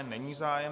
Není zájem.